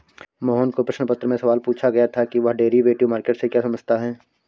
मोहन को प्रश्न पत्र में सवाल पूछा गया था कि वह डेरिवेटिव मार्केट से क्या समझता है?